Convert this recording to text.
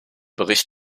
bericht